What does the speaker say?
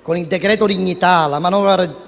Con il cosiddetto decreto dignità, la manovra